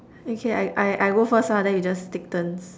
okay I I I go first ah then you just take turns